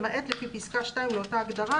למעט לפי פסקה (2) לאותה הגדרה."